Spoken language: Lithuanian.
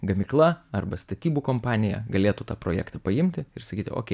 gamykla arba statybų kompanija galėtų tą projektą paimti ir sakyti okei